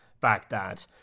Baghdad